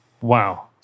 Wow